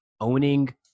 owning